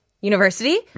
university